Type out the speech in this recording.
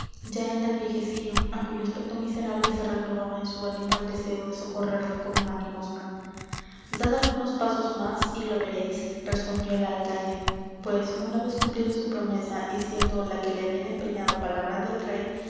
ya en el viejecillo á cuyo aspecto miserable se renovaba en su ánimo el deseo de socorrerle con una limosna dad algunos pasos más y lo veréis respondió el alcaide pues una vez cumplida su promesa y siendo la que le habían empeñado palabra de rey